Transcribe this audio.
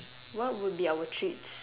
what would be our treats